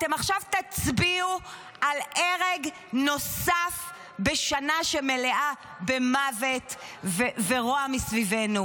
אתם עכשיו תצביעו על הרג נוסף בשנה שמלאה במוות וברוע מסביבנו.